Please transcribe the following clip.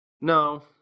No